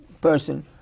person